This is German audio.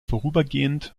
vorübergehend